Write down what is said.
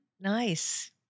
nice